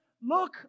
look